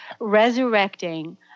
resurrecting